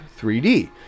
3D